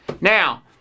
Now